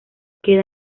queda